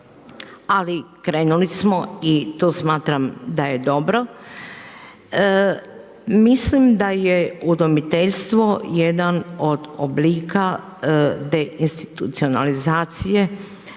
ali krenuli smo i to smatram da je dobro. Mislim da je udomiteljstvo jedan od oblika deinstitucionalizacije